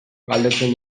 galdetzen